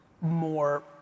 more